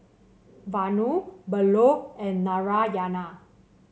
Vanu Bellur and Narayana